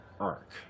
arc